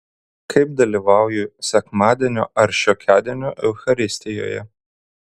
kaip dalyvauju sekmadienio ar šiokiadienio eucharistijoje